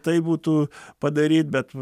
taip būtų padaryt bet